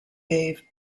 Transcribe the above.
gave